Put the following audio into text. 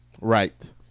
Right